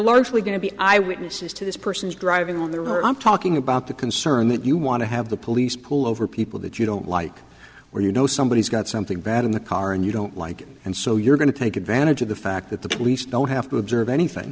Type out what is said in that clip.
largely going to be eyewitnesses to this person's driving when they were i'm talking about the concern that you want to have the police pull over people that you don't like where you know somebody has got something bad in the car and you don't like it and so you're going to take advantage of the fact that the police don't have to observe anything